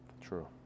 True